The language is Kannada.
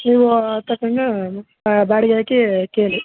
ನೀವು ತಗಂಡು ಬಾಡಿಗೆ ಹಾಕಿ ಕೇಳಿ